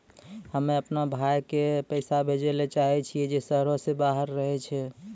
हम्मे अपनो भाय के पैसा भेजै ले चाहै छियै जे शहरो से बाहर रहै छै